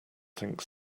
think